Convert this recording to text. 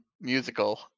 musical